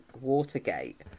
Watergate